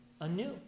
anew